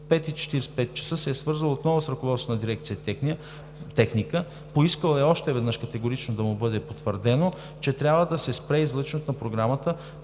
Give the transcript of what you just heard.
5,45 ч. се е свързал отново с ръководството на дирекция „Техника“, поискал е още веднъж категорично да му бъде потвърдено, че трябва да се спре излъчването на програмата,